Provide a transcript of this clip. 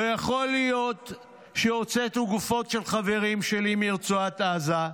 לא יכול להיות שהוצאתי גופות של חברים שלי מרצועת עזה,